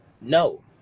No